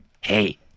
hey